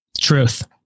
Truth